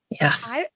yes